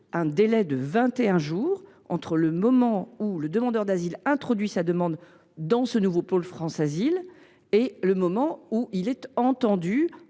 un délai de vingt et un jours entre le moment où le demandeur d’asile introduit sa demande dans le nouveau pôle « France asile » et celui où il est entendu